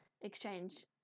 exchange